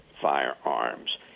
firearms